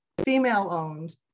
female-owned